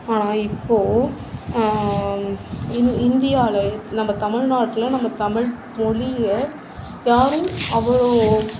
ஆனா இப்போ இந்தியாவில நம்ம தமிழ்நாட்டில் நம்ம தமிழ்மொழியை யாரும் அவ்வளோ